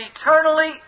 eternally